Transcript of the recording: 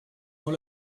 dans